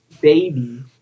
baby